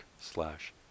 slash